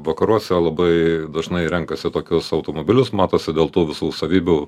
vakaruose labai dažnai renkasi tokius automobilius matosi dėl tų visų savybių